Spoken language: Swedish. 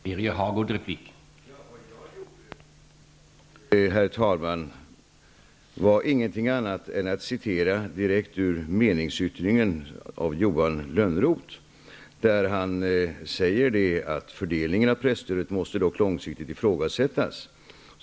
Herr talman! Vad jag gjorde var ingenting annat än att citera direkt ur meningsyttringen av Johan Lönnroth, där han säger att fördelningen av presstödet ''måste dock långsiktigt ifrågasättas''.